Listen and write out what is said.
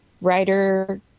writer